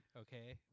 Okay